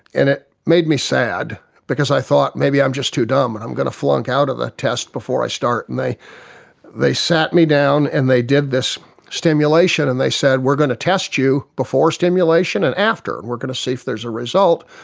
and it made me sad because i thought maybe i'm just too dumb and i'm going to flunk out of a test before i start. and they they sat me down and they did this stimulation and they said we're going to test you before stimulation and after, we're going to see if there's a result.